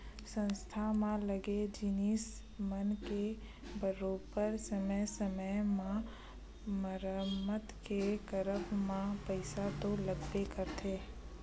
संस्था म लगे जिनिस मन के बरोबर समे समे म मरम्मत के करब म पइसा तो लगबे करथे